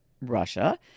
Russia